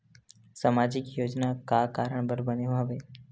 सामाजिक योजना का कारण बर बने हवे?